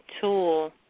tool